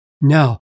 Now